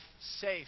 safe